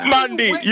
Mandy